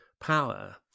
power